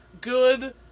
good